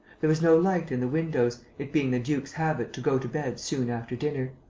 there was no light in the windows, it being the duke's habit to go to bed soon after dinner.